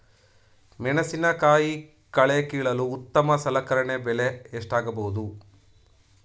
ಮೆಣಸಿನಕಾಯಿ ಕಳೆ ಕೀಳಲು ಉತ್ತಮ ಸಲಕರಣೆ ಬೆಲೆ ಎಷ್ಟಾಗಬಹುದು?